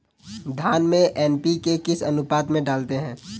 धान में एन.पी.के किस अनुपात में डालते हैं?